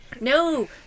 No